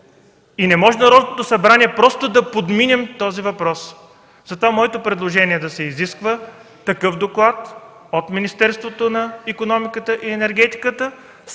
Не може в Народното събрание просто да подминем този въпрос! Затова моето предложение е да се изиска такъв доклад от Министерството на икономиката и енергетиката,